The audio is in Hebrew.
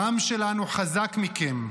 העם שלנו חזק מכם.